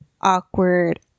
awkward